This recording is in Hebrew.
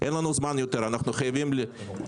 אין לנו זמן יותר ואנחנו חייבים להפעיל